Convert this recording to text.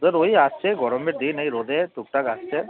খদ্দের ওই আসছে গরমের দিন এই রোদে টুকটাক আসছে